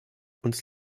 uns